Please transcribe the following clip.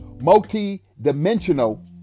multi-dimensional